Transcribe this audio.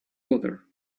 water